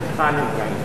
תשתיות.